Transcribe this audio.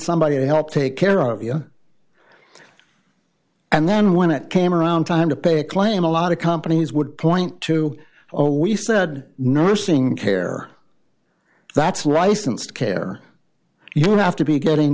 somebody to help take care of you and then when it came around time to pay a claim a lot of companies would point to oh we said nursing care that's right since care you have to be getting